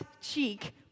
cheek